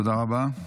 תודה רבה.